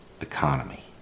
economy